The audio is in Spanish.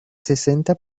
sesenta